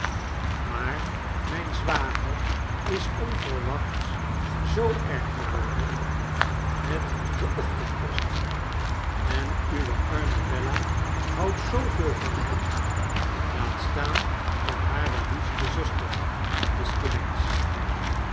maar mijn zwager is onverwachts zoo erg geworden met de ochtendpost en uwe arme bella houdt zooveel van hem laat staan van hare liefste zuster